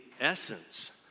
essence